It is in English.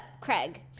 Craig